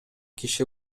киши